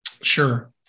Sure